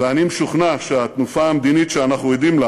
ואני משוכנע שהתנופה המדינית שאנחנו עדים לה